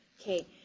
Okay